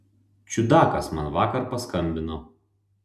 čiudakas man vakar paskambino